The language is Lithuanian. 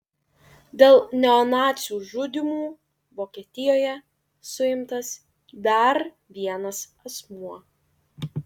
dėl neonacių žudymų vokietijoje suimtas dar vienas asmuo